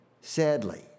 sadly